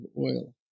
oil